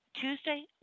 Tuesday